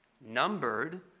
numbered